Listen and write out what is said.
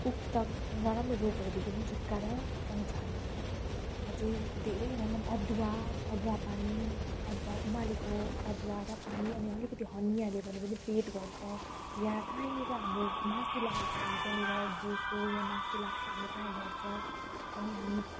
उक्त नराम्रो रोगहरूदेखि पनि छुटकारा पाउँछ हामीले अझ धेरै भनौँ अदुवा अदुवा पानी अदुवा उमालेको अदुवा र पानी अनि अलिकति हनी हाल्यो भने पनि पेट घट्छ वा काहीँनेर हाम्रो मासु लागेको छ भने त्यहाँनेर बोसो वा मासु लाग्छ हाम्रो त्यहाँ घट्छ अनि हामी